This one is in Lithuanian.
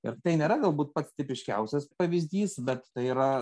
ir tai nėra galbūt pats tipiškiausias pavyzdys bet tai yra